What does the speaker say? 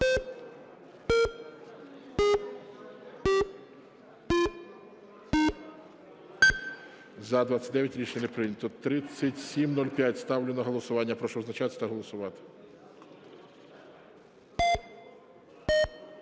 За-29 Рішення не прийнято. 3705. Ставлю на голосування. Прошу визначатися та голосувати.